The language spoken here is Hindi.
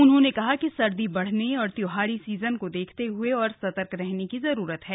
उन्होंने कहा कि सर्दी बढ़ने और त्योहारी सीजन को देखते हुए और सतर्क रहने की जरूरत है